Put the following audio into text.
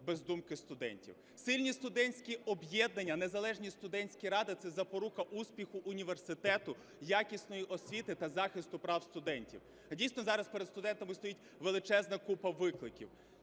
без думки студентів. Сильні студентські об'єднання, незалежні студентські ради – це запорука успіху університету, якісної освіти та захисту прав студентів. Дійсно, зараз перед студентами стоїть величезна купа викликів.